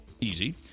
easy